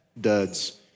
duds